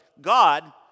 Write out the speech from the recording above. God